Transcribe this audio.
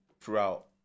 throughout